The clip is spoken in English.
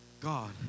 God